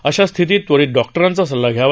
अशा स्थितीत त्वरित डॉक्टरांचा सल्ला घ्यावा